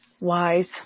wise